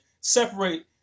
separate